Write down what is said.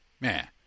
man